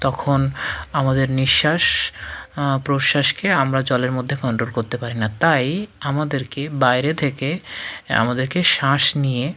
তখন আমাদের নিঃশ্বাস প্রশ্বাসকে আমরা জলের মধ্যে কন্ট্রোল করতে পারি না তাই আমাদেরকে বাইরে থেকে আমাদেরকে শ্বাস নিয়ে